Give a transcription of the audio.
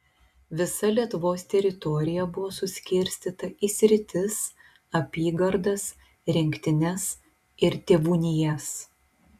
visa lietuvos teritorija buvo suskirstyta į sritis apygardas rinktines ir tėvūnijas